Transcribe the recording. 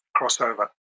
crossover